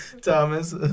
Thomas